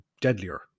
deadlier